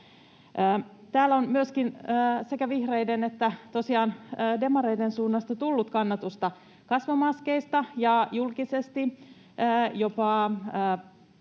Täällä on myöskin sekä vihreiden että tosiaan demareiden suunnasta tullut kannatusta kasvomaskeille, ja julkisesti jopa